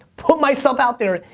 put myself out there,